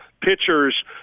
pitchers